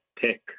pick